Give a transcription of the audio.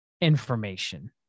information